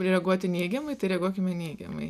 reaguoti neigiamai tai reaguokime neigiamai